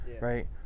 Right